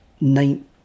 nine